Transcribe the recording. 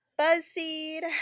BuzzFeed